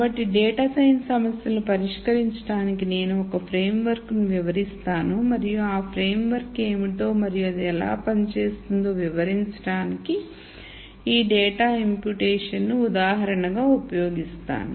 కాబట్టి data science సమస్యలను పరిష్కరించడానికి నేను ఒక ఫ్రేమ్వర్క్ను వివరిస్తాను మరియు ఆ ఫ్రేమ్వర్క్ఏమిటో మరియు అది ఎలా పని చేస్తుందో వివరించడానికి ఈ డేటా ఇంప్యుటేషన్ ను ఉదాహరణగా ఉపయోగిస్తాను